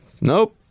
Nope